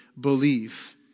believe